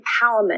empowerment